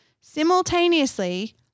simultaneously